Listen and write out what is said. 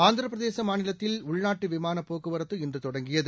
ஆந்திரப்பிரதேச மாநிலத்தில் உள்நாட்டு விமானப் போக்குவரத்து இன்று தொடங்கியது